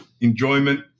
enjoyment